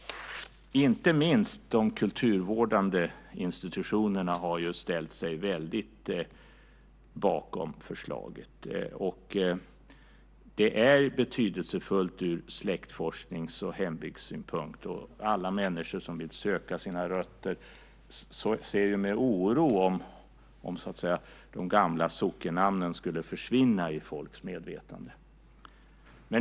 Inte minst de kulturvårdande institutionerna har väldigt mycket ställt sig bakom förslaget. Det är också betydelsefullt ur släktforsknings och hembygdssynpunkt. Alla människor som vill söka sina rötter ser med oro på risken att de gamla sockennamnen skulle försvinna ur folks medvetande.